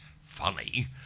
funny